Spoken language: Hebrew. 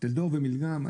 טלדור ומילגם.